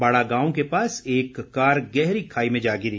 बाड़ा गांव के पास एक कार गहरी खाई में जा गिरी